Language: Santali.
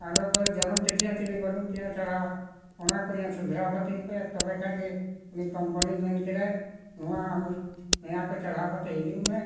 ᱟᱫᱚ ᱡᱚᱱᱚᱢ ᱛᱤᱛᱷᱤ ᱦᱚᱸ ᱵᱟᱹᱱᱩᱜ ᱛᱤᱧᱟᱹ ᱪᱚᱲᱦᱟᱣ ᱚᱱᱟ ᱠᱚ ᱧᱮᱞ ᱥᱩᱫᱷᱨᱟᱹᱣ ᱠᱟᱹᱛᱤᱧ ᱯᱮ ᱛᱚᱵᱮ ᱠᱷᱟᱱ ᱜᱮ ᱩᱱᱤ ᱠᱳᱢᱯᱟᱱᱤ ᱢᱮᱱ ᱠᱮᱫᱟᱭ ᱱᱚᱣᱟ ᱱᱚᱣᱟ ᱠᱚ ᱪᱚᱲᱦᱟᱣ ᱠᱟᱛᱮᱫ ᱦᱤᱡᱩᱜ ᱢᱮ